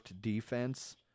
defense